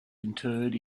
interred